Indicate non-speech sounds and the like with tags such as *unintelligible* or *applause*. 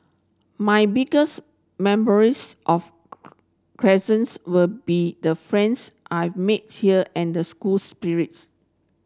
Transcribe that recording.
my biggest memories of *unintelligible* Crescents will be the friends I've made here and the school spirits